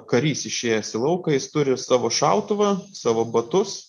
karys išėjęs į lauką jis turi savo šautuvą savo batus